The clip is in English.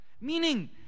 Meaning